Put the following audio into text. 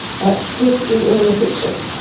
but this is all a fiction.